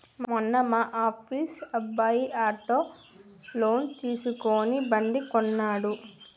మొన్న మా ఆఫీస్ అబ్బాయి ఆటో లోన్ తీసుకుని బండి కొన్నడు